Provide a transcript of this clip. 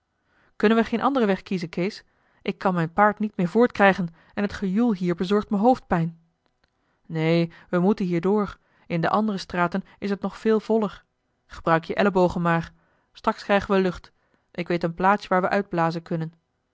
kunnen we geen anderen weg kiezen kees ik kan mijn paard niet meer voortkrijgen en het gejoel hier bezorgt me hoofdpijn neen we moeten hier door in de andere straten is het nog veel voller gebruik je ellebogen maar straks krijgen we lucht ik weet een plaatsje waar we uitblazen kunnen